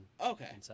Okay